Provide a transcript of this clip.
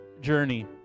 journey